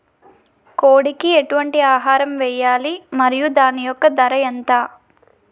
కోడి కి ఎటువంటి ఆహారం వేయాలి? మరియు దాని యెక్క ధర ఎంత?